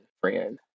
friend